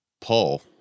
pull